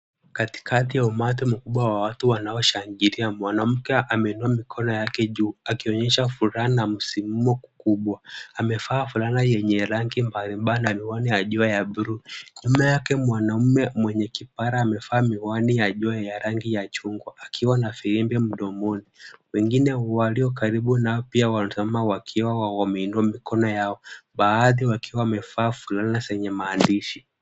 Katikati ya umati mkubwa wa watu wanaoshangilia, mwanamke ameinua mikono yake juu akionyesha furaha na msisimko mkubwa. Amevaa fulana yenye rangi mbalimbali na miwani ya jua ya bluu. Nyuma yake mwanaume mwenye kipara amevaa miwani ya jua ya rangi ya chungwa akiwa na firimbi mdomoni. Wengine walio karibu nao pia wanatazama wakiwa wameinua mikono yao baadhi wakiwa wamevaa fulana zenye maandishi.